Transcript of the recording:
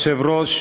כבוד היושב-ראש,